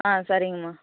ஆ சரிங்கம்மா